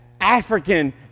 African